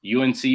UNC